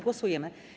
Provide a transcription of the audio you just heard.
Głosujemy.